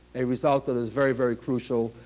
a result that is very, very crucial,